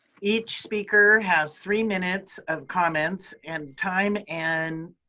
each speaker has three minutes of comments and time and,